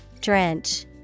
Drench